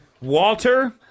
Walter